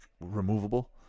removable